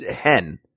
hen